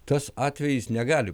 tas atvejis negali